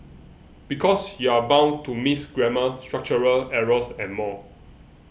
because you're bound to miss grammar structural errors and more